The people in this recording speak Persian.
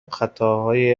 خطاهای